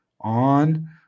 on